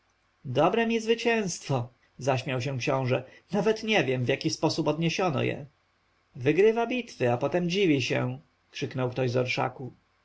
dobre mi zwycięstwo zaśmiał się książę nawet nie wiem w jaki sposób odniesiono je wygrywa bitwy a potem dziwi się krzyknął ktoś z orszaku